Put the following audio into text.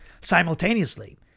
Simultaneously